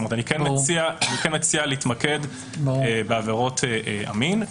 כלומר, אני כן מציע להתמקד בעבירות המין.